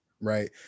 right